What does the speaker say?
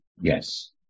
Yes